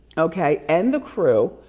okay and the crew.